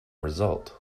result